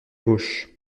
gauche